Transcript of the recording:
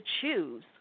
choose